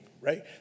right